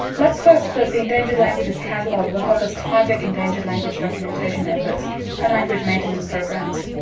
let's hope that the endangered languages catalogue will help us target endangered language documentation efforts and language maintenance programs.